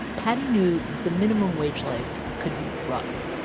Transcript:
patty knew that the minimum-wage life could be rough,